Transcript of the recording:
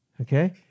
okay